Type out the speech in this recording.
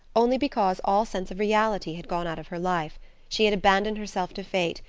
only because all sense of reality had gone out of her life she had abandoned herself to fate,